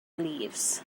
leaves